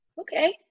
okay